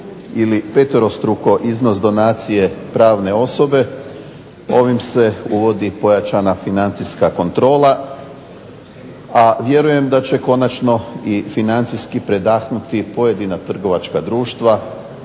ili peterostruko iznos donacije pravne osobe, ovim se uvodi pojačana financijska kontrola, a vjerujem da će konačno i financijski predahnuti pojedina trgovačka društva,